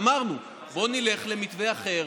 אמרנו: בואו נלך למתווה אחר,